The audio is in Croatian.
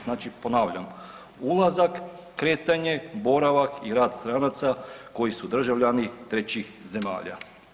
Znači, ponavljam ulazak, kretanje, boravak i rad stranaca koji su državljani trećih zemalja.